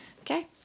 Okay